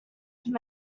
from